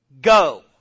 go